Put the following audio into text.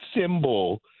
symbol